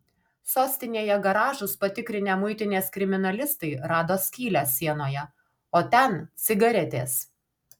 sostinėje garažus patikrinę muitinės kriminalistai rado skylę sienoje o ten cigaretės